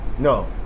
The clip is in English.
No